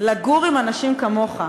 לגור עם אנשים כמוך.